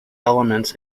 elements